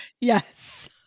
Yes